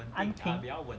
安平